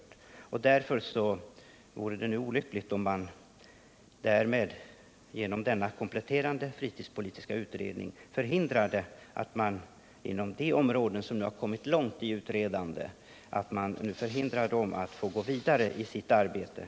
Därför vore det olyckligt om den kompletterande fritidspolitiska utredningen hindrade att man får gå vidare i sitt arbete inom de områden där man kommit långt i sitt planeringsoch utredningsarbete.